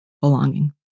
belonging